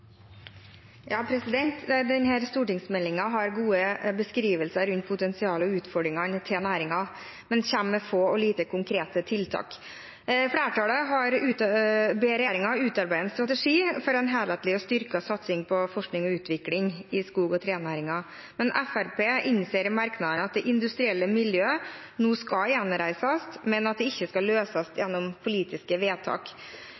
har gode beskrivelser av de potensielle utfordringene for næringen, men kommer med få og lite konkrete tiltak. Flertallet ber regjeringen utarbeide en strategi for en helhetlig og styrket satsing på forskning og utvikling i skog- og trenæringen. Fremskrittspartiet innser i merknadene at det industrielle miljøet nå skal gjenreises, men at det ikke skal løses